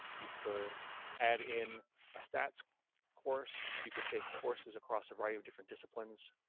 you could add in a stats course, you could take courses across a variety of different disciplines,